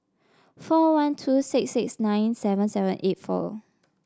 four one two six six nine seven seven eight four